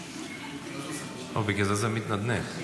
בגלל זה זה מתנדנד.